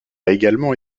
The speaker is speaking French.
également